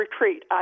retreat